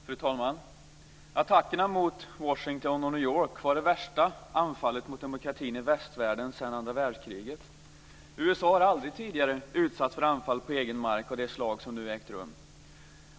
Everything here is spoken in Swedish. Fru talman! Attackerna mot Washington och New York var det värsta anfallet mot demokratin i västvärlden sedan andra världskriget. USA har aldrig tidigare utsatts för anfall på egen mark av det slag som nu har ägt rum.